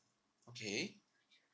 okay